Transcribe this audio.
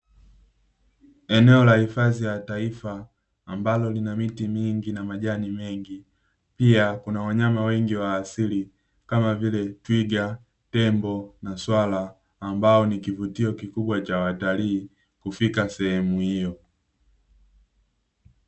Eneo la hifadhi ya taifa, ambalo lina miti mingi na majani mengi. Pia kuna wanyama wengi wa asili kama vile twiga, tembo na swala ambao nikivutio kikubwa cha watalii kufika sehemu hiyo.